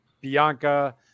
Bianca